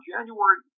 January